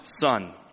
son